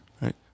Right